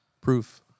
proof